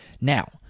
Now